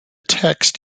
text